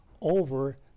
over